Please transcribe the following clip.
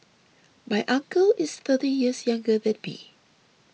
my uncle is thirty years younger than me